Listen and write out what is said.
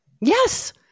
Yes